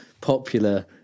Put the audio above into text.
popular